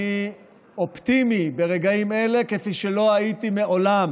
אני אופטימי ברגעים האלה כפי שלא הייתי מעולם